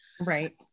Right